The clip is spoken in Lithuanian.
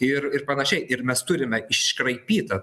ir ir panašiai ir mes turime iškraipytą